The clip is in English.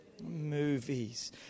movies